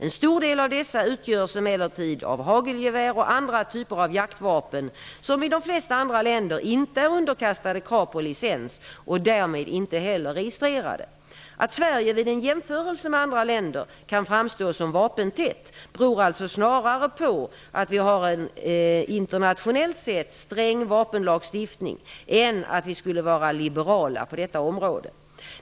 En stor del av dessa utgörs emellertid av hagelgevär och andra typer av jaktvapen som i de flesta andra länder inte är underkastade krav på licens och därmed inte heller registrerade. Att Sverige vid en jämförelse med andra länder kan framstå som vapentätt beror alltså snarare på att vi har en internationellt sett sträng vapenlagstiftning än att vi skulle vara liberala på detta område.